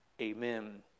Amen